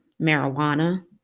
marijuana